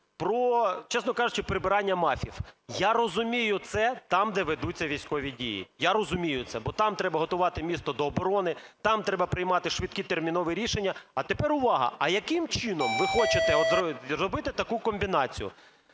про, чесно кажучи, прибирання МАФів? Я розумію це там, де ведуться військові дії, я розумію це, бо там треба готувати місто до оборони, там треба приймати швидкі, термінові рішення, а тепер увага: а яким чином ви хочете зробити таку комбінацію: